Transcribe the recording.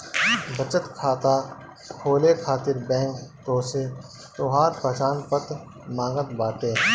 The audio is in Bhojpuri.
बचत खाता खोले खातिर बैंक तोहसे तोहार पहचान पत्र मांगत बाटे